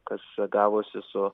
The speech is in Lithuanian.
kas gavosi su